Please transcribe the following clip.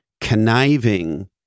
conniving